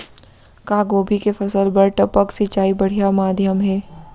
का गोभी के फसल बर टपक सिंचाई बढ़िया माधयम हे?